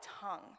tongue